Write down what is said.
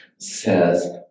says